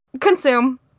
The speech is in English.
Consume